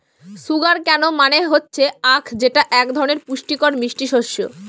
sugar কেন মানে হচ্ছে আঁখ যেটা এক ধরনের পুষ্টিকর মিষ্টি শস্য